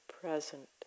present